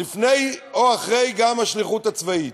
גם לפני או אחרי השליחות הצבאית.